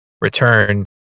return